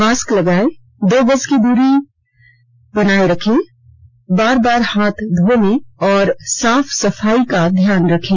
mask लगायें दो गज की सुरक्षित दूरी बनाये रखें बार बार हाथ धोने और साफ सफाई का ध्यान रखें